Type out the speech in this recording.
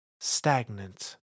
stagnant